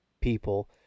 people